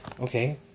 Okay